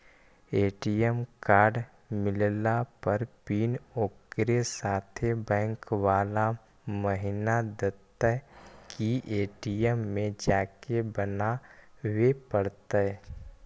ATM card मिलला पर pin ओकरे साथे बैक बाला महिना देतै कि ए.टी.एम में जाके बना बे पड़तै?